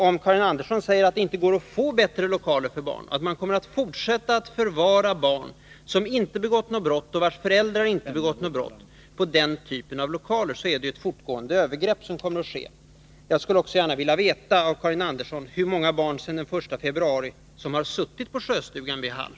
Om Karin Andersson säger att det inte går att få bättre lokaler för barn och att man kommer att fortsätta att förvara barn som inte begått något brott och vilkas föräldrar inte begått något brott i den typen av lokaler, innebär det att det är fortgående övergrepp som kommer att ske. Jag skulle också gärna vilja veta av Karin Andersson hur många barn det är som sedan den 1 februari suttit på Sjöstugan vid Hall.